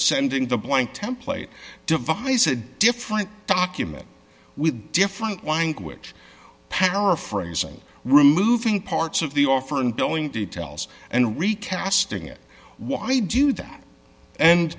sending the blank template devise a different document with different language paraphrasing removing parts of the offer and doing the tells and recasting it why they do that and